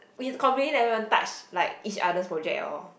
it's completely never even touch like each other's project at all